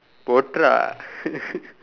போட்டுறா:pootturaa